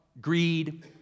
greed